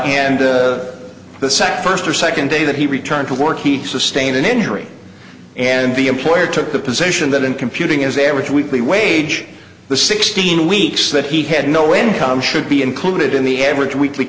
sack first or second day that he returned to work he sustained an injury and the employer took the position that in computing is there with weekly wage the sixteen weeks that he had no income should be included in the average weekly